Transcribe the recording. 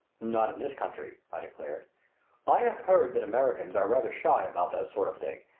not in this country, i declared i have heard that americans are rather shy about that sort of thing.